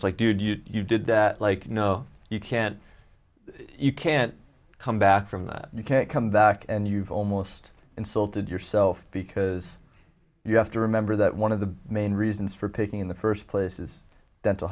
point like did you you did that like no you can't you can't come back from that you can't come back and you've almost insulted yourself because you have to remember that one of the main reasons for taking in the first place is dental